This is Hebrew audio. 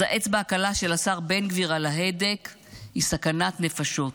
אז האצבע הקלה של השר בן גביר על ההדק היא סכנת נפשות.